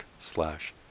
slash